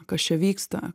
kas čia vyksta